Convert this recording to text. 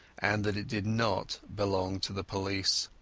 and that it did not belong to the police.